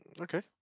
Okay